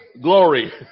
Glory